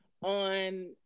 On